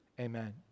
Amen